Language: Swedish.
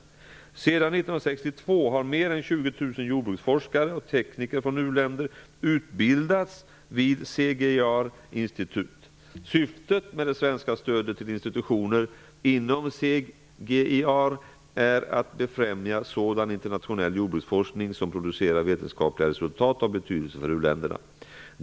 Sedan 1962 har mer än 20 000 jordbruksforskare och tekniker från u-länder utbildats vid CGIAR CGIAR är att befrämja sådan internationell jordbruksforskning som producerar vetenskapliga resultat av betydelse för u-länderna.